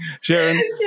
Sharon